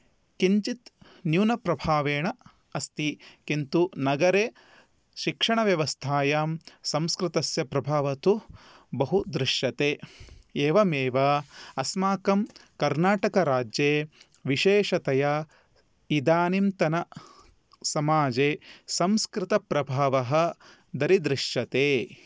किञ्चित् न्यूनप्रभावेण अस्ति किन्तु नगरे शिक्षणव्यवस्थायां संस्कृतस्य प्रभावः तु बहु दृश्यते एवमेव अस्माकं कर्नाटकराज्ये विशेषतया इदानींतनसमाजे संस्कृतप्रभावः दरीदृश्यते